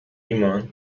ایمان